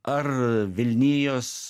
ar vilnijos